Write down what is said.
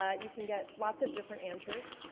ah you can get lots of different answers.